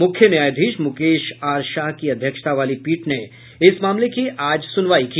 मुख्य न्यायाधीश मुकेश आर शाह की अध्यक्षता वाली पीठ ने इस मामले की आज सुनवाई की